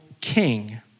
king